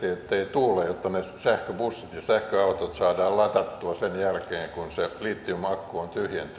tuule jotta ne sähköbussit ja sähköautot saadaan ladattua sen jälkeen kun se litium akku on tyhjentynyt